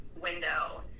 window